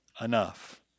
enough